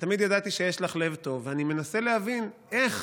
ותמיד ידעתי שיש לך לב טוב, ואני מנסה להבין איך